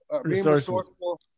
resourceful